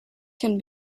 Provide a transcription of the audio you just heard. can